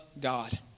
God